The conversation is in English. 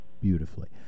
beautifully